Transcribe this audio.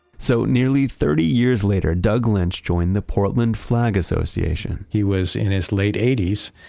so nearly thirty years later, doug lynch joined the portland flag association he was in his late eighties,